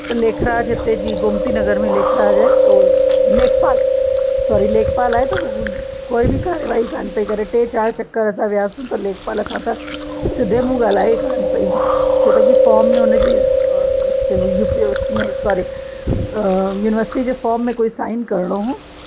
त लेखराज हिते जी गोमतीनगर में लेखराज आह्व त उ लेखपाल सौरी लेखपाल आहे त उहा कोई बि कार्यवाही कान पई करे टे चारि चक्कर असां वियाससीं त लेखपाल असां सां सिधे मुंहुं ॻाल्हाए कोन पई छो त कि फॉम में हुन जी सौरी यूनिवर्सिटी जे फॉर्म में कोई साइन करिणो हुओ